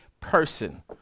person